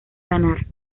ganar